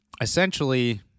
essentially